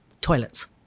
toilets